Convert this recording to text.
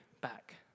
back